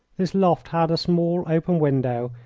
this loft had a small open window,